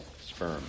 sperm